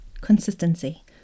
consistency